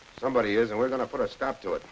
somebody is and we're going to put a stop to it